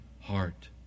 heart